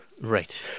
Right